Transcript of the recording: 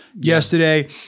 yesterday